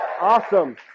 Awesome